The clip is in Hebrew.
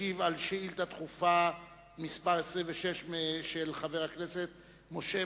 ישיב על שאילתא דחופה מס' 26 של חבר הכנסת משה